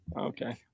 Okay